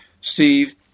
Steve